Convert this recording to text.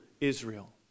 Israel